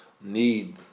need